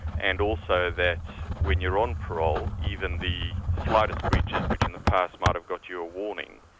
and also that when you're on parole, even the slightest breaches which in the past might have got you a warning,